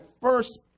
first